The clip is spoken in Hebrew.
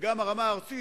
וגם הרמה הארצית,